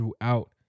throughout